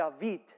David